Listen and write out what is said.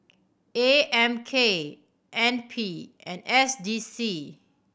A M K N P and S D C